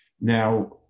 Now